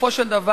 בסופו של דבר,